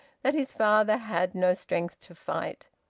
that his father had no strength to fight,